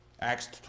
Acts